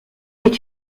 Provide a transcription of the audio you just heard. est